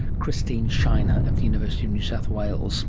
christine shiner at the university of new south wales